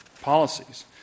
policies